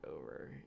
over